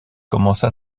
commença